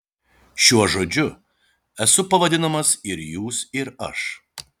šiuo žodžiu esu pavadinamas ir jūs ir aš